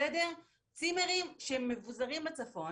צימרים שהם מבוזרים בצפון